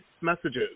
messages